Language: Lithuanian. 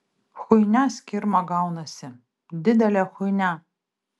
chuinia skirma gaunasi didelė chuinia